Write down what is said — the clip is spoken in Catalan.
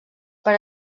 per